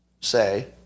say